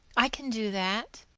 i can do that.